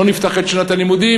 לא נפתח את שנת הלימודים,